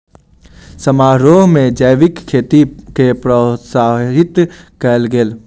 समारोह में जैविक खेती के प्रोत्साहित कयल गेल